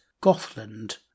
Gothland